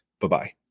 Bye-bye